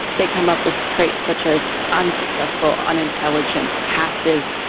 they come up with traits such as unsuccessful, unintelligent, passive,